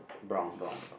brown brown brown